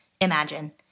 Imagine